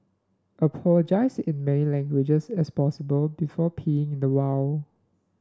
apologise in many languages as possible before peeing in the wild